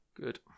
good